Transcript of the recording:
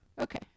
okay